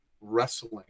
wrestling